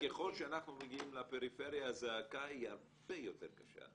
ככל שאנחנו מגיעים לפריפריה הזעקה היא הרבה יותר קשה.